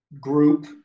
group